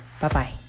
Bye-bye